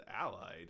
Allied